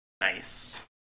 Nice